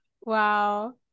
Wow